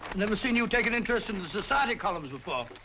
never seen you take an interest in the society columns before.